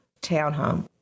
townhome